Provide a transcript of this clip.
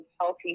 healthy